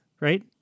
right